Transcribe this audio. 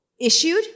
issued